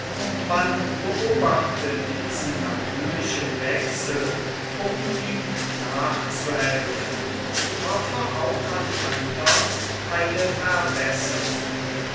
man beobachte diesen natürlichen wechsel um ihm nachzuhelfen und hoffe auch an andern eine verbesserung